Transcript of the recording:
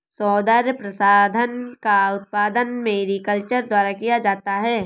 सौन्दर्य प्रसाधन का उत्पादन मैरीकल्चर द्वारा किया जाता है